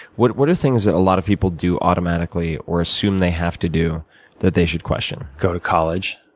what what are things that a lot of people do automatically or assume they have to do that they should question? go to college.